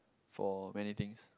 for many things